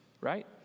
right